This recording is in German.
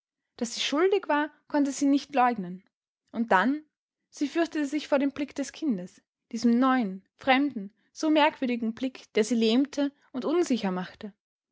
daß sie schuldig war konnte sie nicht leugnen und dann sie fürchtete sich vor dem blick des kindes diesem neuen fremden so merkwürdigen blick der sie lähmte und unsicher machte